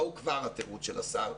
מהו כבר התירוץ של השר?